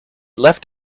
left